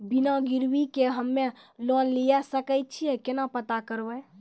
बिना गिरवी के हम्मय लोन लिये सके छियै केना पता करबै?